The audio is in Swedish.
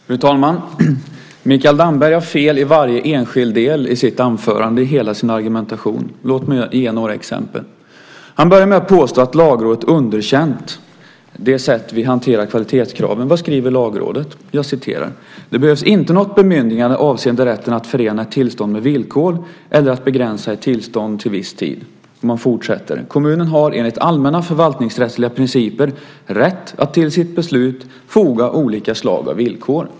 Fru talman! Mikael Damberg har fel i varje enskild del i sitt anförande i hela sin argumentation. Låt mig ge några exempel. Han börjar med att påstå att Lagrådet underkänt det sätt vi hanterar kvalitetskraven på. Vad skriver Lagrådet? "Enligt Lagrådets uppfattning behövs inte något bemyndigande avseende rätten att förena ett tillstånd med villkor eller att begränsa ett tillstånd till viss tid." Man fortsätter med att säga att kommunen har "enligt allmänna förvaltningsrättsliga principer rätt att till sitt beslut foga olika slag av villkor".